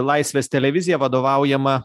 laisvės televizija vadovaujama